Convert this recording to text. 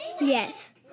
Yes